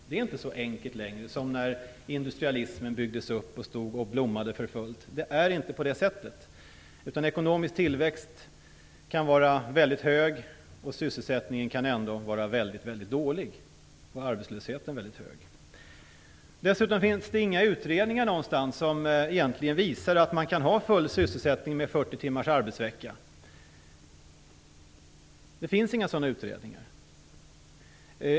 Det är inte så enkelt längre som det var när industrialismen byggdes upp och blommade för fullt. Det är inte på det sättet längre. Den ekonomiska tillväxten kan vara mycket hög och ändå kan sysselsättningen vara mycket dålig och arbetslösheten mycket hög. Dessutom finns det inga utredningar som egentligen visar att man kan ha full sysselsättning med 40 timmars arbetsvecka. Det finns inga sådana utredningar.